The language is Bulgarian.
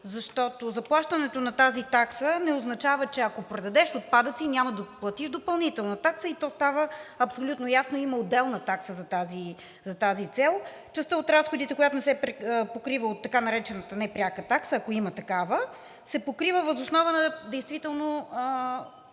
защото заплащането на таксата не означава, че ако предадеш отпадъци, няма да платиш допълнителна такса, и то става абсолютно ясно, има отделна такса за тази цел. Частта от разходите, която не се покрива от така наречената непряка такса, ако има такава, се покрива въз основа на действително